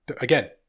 Again